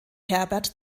herbert